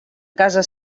casa